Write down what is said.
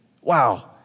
Wow